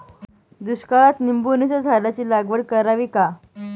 दुष्काळात निंबोणीच्या झाडाची लागवड करावी का?